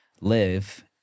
live